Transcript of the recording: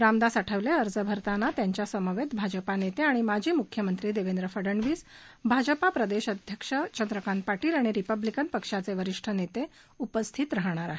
रामदास आठवले अर्ज भरताना त्यांच्या समवेत भाजपनेते आणि माजी मुख्यमंत्री देवेंद्र फडणवीस भाजप प्रदेश अध्यक्ष चंद्रकांत पाटील आणि रिपब्लिकन पक्षाचे वरिष्ठ नेते उपस्थित राहणार आहेत